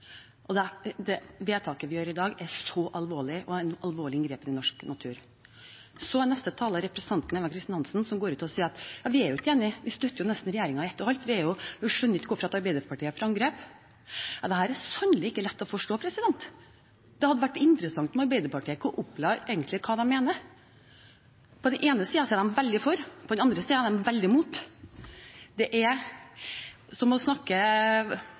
det vedtaket vi gjør i dag, er så alvorlig og et alvorlig inngrep i norsk natur. Neste taler, representanten Eva Kristin Hansen, sier: Vi er jo ikke enige, vi støtter regjeringen i nesten ett og alt, og vi skjønner ikke hvorfor Arbeiderpartiet er under angrep. Dette er sannelig ikke lett å forstå. Det hadde vært interessant om Arbeiderpartiet kunne oppklare hva de egentlig mener. På den ene siden er de veldig for, på den andre siden er de veldig imot. Det er som å snakke